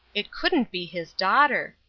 it couldn't be his daughter!